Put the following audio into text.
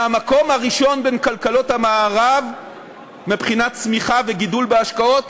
מהמקום הראשון בין כלכלות המערב מבחינת צמיחה וגידול בהשקעות